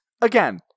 again